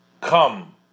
come